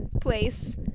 place